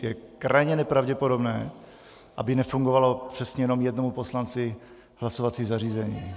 Je krajně nepravděpodobné, aby nefungovalo přesně jenom jednomu poslanci hlasovací zařízení.